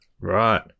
Right